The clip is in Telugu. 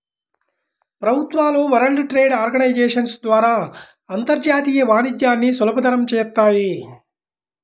ప్రభుత్వాలు వరల్డ్ ట్రేడ్ ఆర్గనైజేషన్ ద్వారా అంతర్జాతీయ వాణిజ్యాన్ని సులభతరం చేత్తాయి